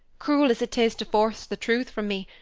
cruel as it is to force the truth from me,